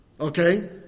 Okay